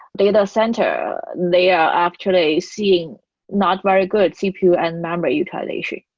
data center, they are actually seeing not very good cpu and memory utilization.